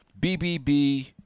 BBB